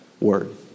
Word